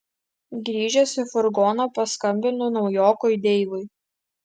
grįžęs į furgoną paskambinu naujokui deivui